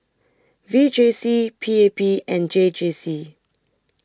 V J C P A P and J J C